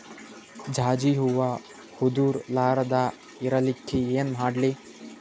ಜಾಜಿ ಹೂವ ಉದರ್ ಲಾರದ ಇರಲಿಕ್ಕಿ ಏನ ಮಾಡ್ಲಿ?